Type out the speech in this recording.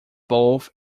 both